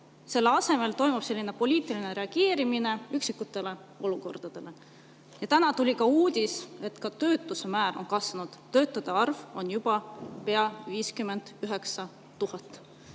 Selle asemel toimub poliitiline reageerimine üksikutele olukordadele. Ja täna tuli uudis, et ka töötuse määr on kasvanud: töötute arv on juba pea 59